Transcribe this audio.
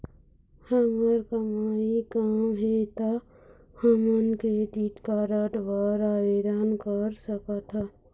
हमर कमाई कम हे ता हमन क्रेडिट कारड बर आवेदन कर सकथन?